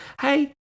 hey